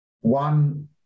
one